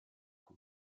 qui